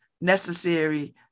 necessary